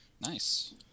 Nice